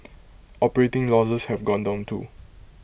operating losses have gone down too